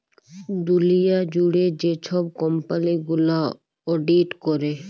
দুঁলিয়া জুইড়ে যে ছব কম্পালি গুলা অডিট ক্যরে